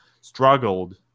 struggled